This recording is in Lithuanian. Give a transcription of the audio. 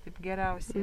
kaip geriausiai